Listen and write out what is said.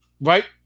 right